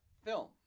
film